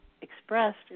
expressed